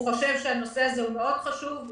הוא חושב שהנושא הזה מאוד חשוב,